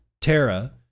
Terra